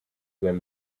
when